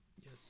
Yes